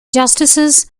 justices